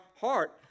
heart